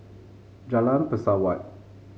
Jalan Pesawat